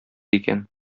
икән